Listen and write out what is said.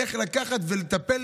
איך לקחת ולטפל